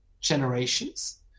generations